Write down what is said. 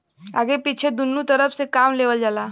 आगे पीछे दुन्नु तरफ से काम लेवल जाला